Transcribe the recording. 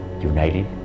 united